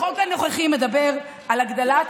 החוק הנוכחי מדבר על הגדלת